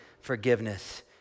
forgiveness